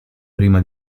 prima